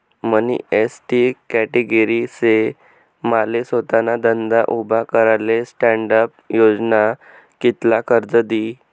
मनी ST category शे माले सोताना धंदा उभा कराले स्टॅण्डअप योजना कित्ल कर्ज दी?